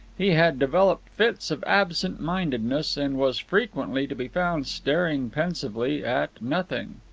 he had developed fits of absent-mindedness, and was frequently to be found staring pensively at nothing.